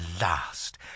last